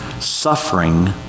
suffering